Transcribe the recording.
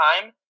time